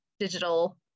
digital